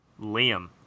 Liam